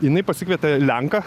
jinai pasikvietė lenką